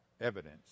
evidence